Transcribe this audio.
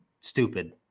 stupid